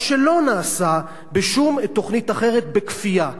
מה שלא נעשה בשום תוכנית אחרת בכפייה.